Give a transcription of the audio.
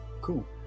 Cool